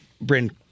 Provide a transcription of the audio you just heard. Bryn